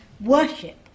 worship